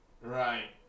Right